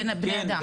בין בני אדם?